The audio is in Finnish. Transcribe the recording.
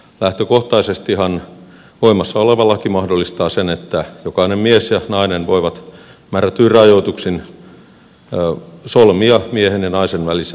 lähtökohtaisestihan voimassa oleva laki mahdollistaa sen että jokainen mies ja nainen voi määrätyin rajoituksin solmia miehen ja naisen välisen avioliiton